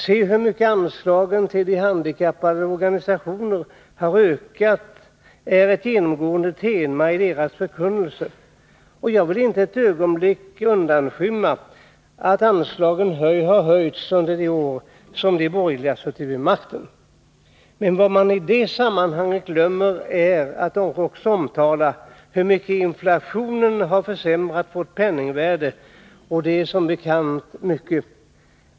Se hur mycket anslagen till de handikappades för handikappade, organisationer har ökat, är ett genomgående tema i deras förkunnelse. Och — m.m. jag vill inte ett ögonblick undanskymma att anslagen har höjts under de år som de borgerliga har suttit vid makten. Vad man i det sammanhanget glömmer är dock att också omtala hur mycket inflationen har försämrat vårt penningvärde, och det är som bekant avsevärt.